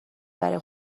برای